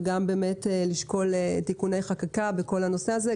וגם באמת לשקול תיקוני חקיקה בכל הנושא הזה.